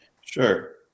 Sure